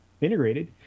integrated